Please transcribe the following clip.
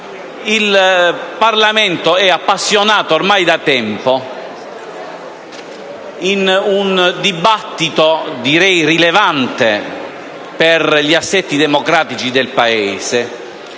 Il Parlamento eappassionato ormai da tempo ad un dibattito direi rilevante per gli assetti democratici del Paese,